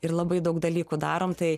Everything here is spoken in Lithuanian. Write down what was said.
ir labai daug dalykų darom tai